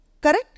Correct